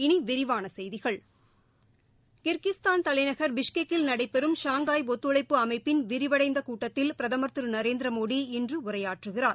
இனி விரிவான செய்திகள் கிர்கிஸ்தான் தலைநகர் பிஷ்கெக்கில் நடைபெறும் ஷாங்காய் ஒத்துழைப்பு அமைப்பின் விரிவடைந்த கூட்டத்திலர் பிரதமர் திரு நரேந்திரமோடி இன்று உரையாற்றுகிறார்